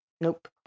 Nope